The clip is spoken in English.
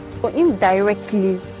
Indirectly